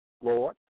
Lord